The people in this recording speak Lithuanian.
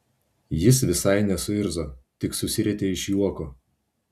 jis visai nesuirzo tik susirietė iš juoko